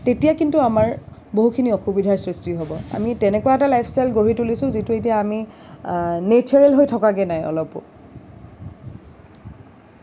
তেতিয়া কিন্তু আমাৰ বহুখিনি অসুবিধাৰ সৃষ্টি হ'ব আমি তেনেকুৱা এটা লাইফ ষ্টাইল গঢ়ি তুলিছোঁ যিটো এতিয়া আমি নেচাৰেল হৈ থকাগৈ নাই অলপো